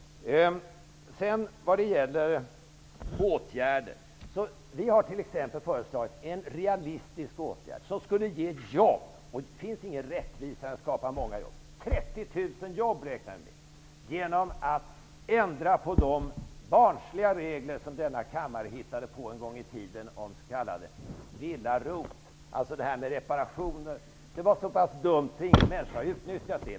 Vidare är det frågan om åtgärder. Vi har t.ex. föreslagit en realistisk åtgärd som skulle ge jobb. Det finns inget rättvisare än att skapa jobb. Vi räknar med 30 000 nya jobb genom att ändra på de barnsliga regler som denna kammare hittat på en gång i tiden om s.k. villa-ROT, dvs. reparationer. Det hela var så pass dumt att ingen människa har utnyttjat det.